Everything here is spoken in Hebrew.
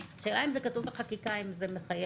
השאלה אם זה כתוב בחקיקה האם זה מחייב.